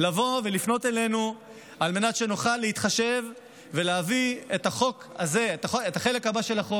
לבוא ולפנות אלינו על מנת שנוכל להתחשב ולהביא את החלק הבא של החוק,